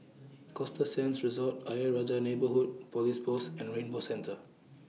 Costa Sands Resort Ayer Rajah Neighbourhood Police Post and Rainbow Centre